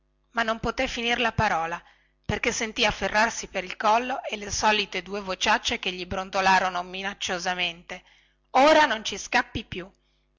ma non poté finir la parola perché sentì afferrarsi per il collo e le solite due vociaccie che gli brontolarono minacciosamente ora non ci scappi più